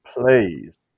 please